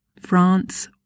France